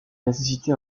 nécessité